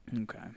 Okay